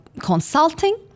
consulting